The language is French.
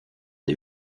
des